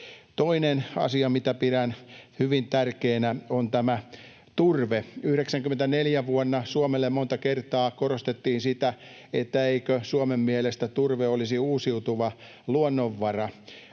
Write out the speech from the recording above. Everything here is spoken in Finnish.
Toinen asia, mitä pidän hyvin tärkeänä, on tämä turve. Vuonna 94 Suomelle monta kertaa korostettiin sitä, että eikö Suomen mielestä turve olisi uusiutuva luonnonvara.